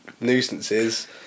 nuisances